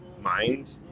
mind